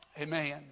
amen